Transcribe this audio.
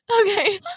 Okay